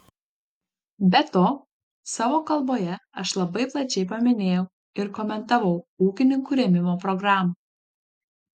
be to savo kalboje aš labai plačiai paminėjau ir komentavau ūkininkų rėmimo programą